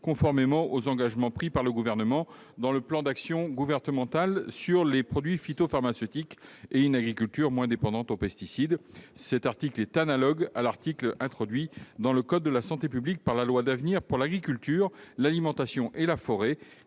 conformément aux engagements pris par le Gouvernement dans son plan d'actions sur les produits phytopharmaceutiques et une agriculture moins dépendante aux pesticides. Cet article est analogue à l'article introduit dans le code de la santé publique par la loi d'avenir pour l'agriculture, l'alimentation et la forêt,